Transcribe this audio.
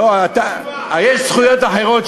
יש זכויות אחרות,